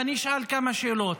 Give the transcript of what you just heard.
ואשאל כמה שאלות,